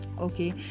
okay